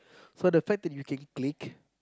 so the fact that you can click